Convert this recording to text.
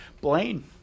Blaine